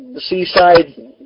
Seaside